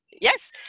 yes